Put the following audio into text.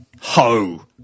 ho